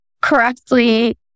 correctly